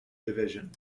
division